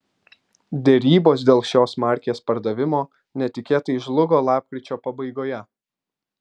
derybos dėl šios markės pardavimo netikėtai žlugo lapkričio pabaigoje